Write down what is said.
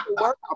work